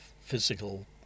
physical